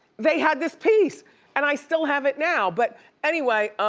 they had this piece and i still have it now. but anyway,